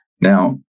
Now